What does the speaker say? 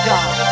God